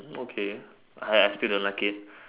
okay I I still don't like it